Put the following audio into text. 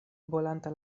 bolanta